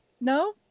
no